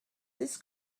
this